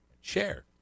share